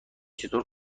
چطور